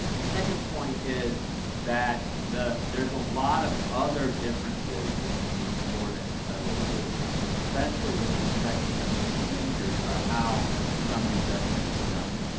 the second point is that there's a lot of other differences between the florida and federal rules especially with respect to the procedures about how summary judgment is done.